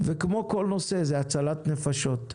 כמו כל נושא זה הצלת נפשות.